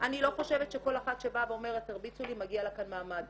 אני לא חושבת שכל אחת שבאה ואומרת "הרביצו לי" מגיע לה כאן מעמד.